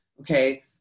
okay